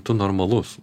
tu normalus